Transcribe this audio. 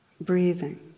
breathing